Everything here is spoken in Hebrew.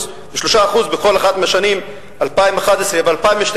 כאשר מצמצמים 2% או 3% בכל אחת מהשנים 2011 ו-2012,